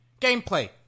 gameplay